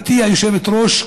גברתי היושבת-ראש,